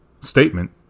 statement